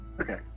Okay